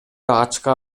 ачка